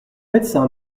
médecin